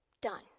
Done